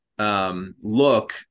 Look